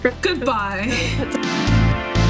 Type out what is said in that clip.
goodbye